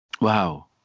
wow